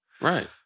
Right